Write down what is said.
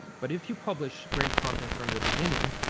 but if you publish great content from the beginning,